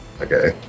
okay